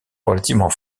relativement